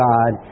God